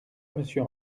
monsieur